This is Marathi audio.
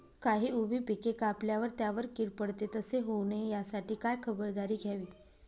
काही उभी पिके कापल्यावर त्यावर कीड पडते, तसे होऊ नये यासाठी काय खबरदारी घ्यावी?